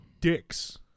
Dicks